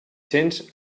cents